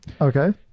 Okay